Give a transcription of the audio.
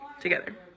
together